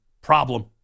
problem